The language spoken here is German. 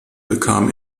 bekam